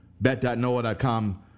bet.noah.com